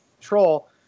control